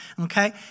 okay